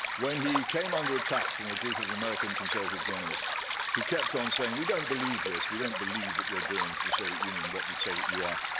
when he came under attack from a group of american conservative journalists who kept on saying, we don't believe this. we don't believe that you're doing to the soviet union what we say that you are.